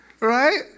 right